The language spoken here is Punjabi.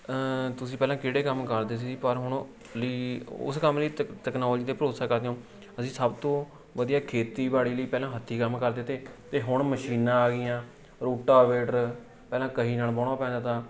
ਤੁਸੀਂ ਪਹਿਲਾਂ ਕਿਹੜੇ ਕੰਮ ਕਰਦੇ ਸੀ ਪਰ ਹੁਣ ਲਈ ਉਸ ਕੰਮ ਲਈ ਤਕ ਤਕਨੋਲੋਜੀ 'ਤੇ ਭਰੋਸਾ ਕਰਦੇ ਹੋ ਅਸੀਂ ਸਭ ਤੋਂ ਵਧੀਆ ਖੇਤੀਬਾੜੀ ਲਈ ਪਹਿਲਾਂ ਹੱਥੀਂ ਕੰਮ ਕਰਦੇ ਤੇ ਅਤੇ ਹੁਣ ਮਸ਼ੀਨਾਂ ਆ ਗਈਆਂ ਰੂਟਾਵੇਟਰ ਪਹਿਲਾਂ ਕਹੀ ਨਾਲ ਵਾਹੁਣਾ ਪੈਂਦਾ ਤਾ